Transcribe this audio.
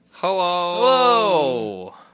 hello